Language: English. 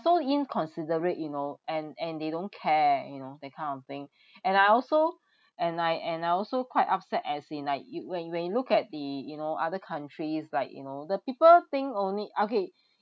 so inconsiderate you know and and they don't care you know that kind of thing and I also and I and I also quite upset as in like you when you when you look at the you know other countries like you know the people think only okay